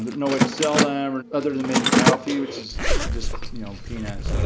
no way to sell them other than maybe cattle feed, which is just, you know, peanuts.